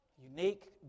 unique